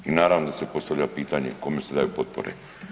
I naravno da se postavlja pitanje koje se daju potpore.